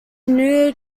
new